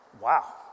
Wow